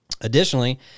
Additionally